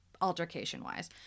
altercation-wise